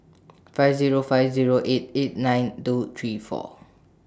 five Zero five Zero eight eight nine two three four